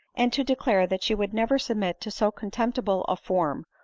and to declare that she would never submit to so contemp tible a form,